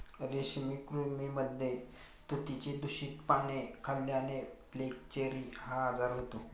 रेशमी कृमींमध्ये तुतीची दूषित पाने खाल्ल्याने फ्लेचेरी हा आजार होतो